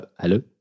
Hello